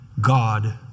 God